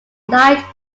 light